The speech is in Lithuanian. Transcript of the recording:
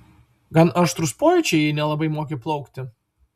gan aštrūs pojūčiai jei nelabai moki plaukti